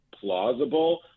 plausible